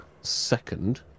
second